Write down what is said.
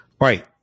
right